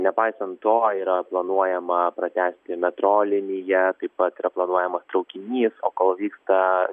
nepaisant to yra planuojama pratęsti metro liniją taip pat yra planuojamas traukinys o kol vyksta